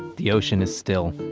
the ocean is still.